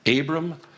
Abram